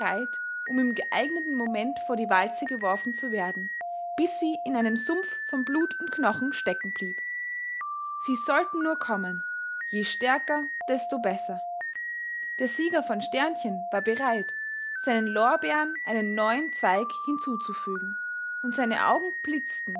um im geeigneten moment vor die walze geworfen zu werden bis sie in einem sumpf von blut und knochen stecken blieb sie sollten nur kommen je stärker desto besser der sieger von war bereit seinen lorbeeren einen neuen zweig hinzuzufügen und seine augen blitzten